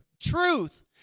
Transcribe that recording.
truth